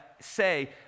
say